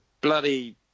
bloody